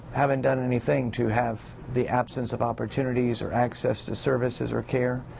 haven't done anything to have the absence of opportunities or access to services or care,